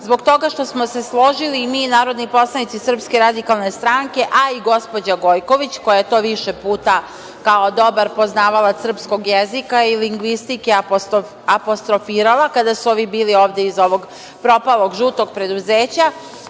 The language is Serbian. Zbog toga što smo se složili mi, narodni poslanici SRS, a i gospođa Gojković koja je to više puta, kao dobar poznavalac srpskog jezika i lingvistike, apostrofirala, kada su ovi bili ovde iz onog propalog žutog preduzeća,